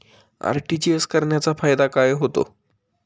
RTGS करण्याचा फायदा काय होतो?